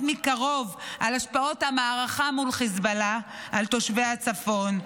מקרוב על השפעות המערכה מול חיזבאללה על תושבי הצפון.